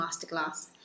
Masterclass